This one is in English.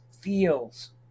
feels